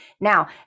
Now